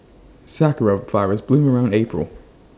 Sakura Flowers bloom around April